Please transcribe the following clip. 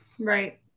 Right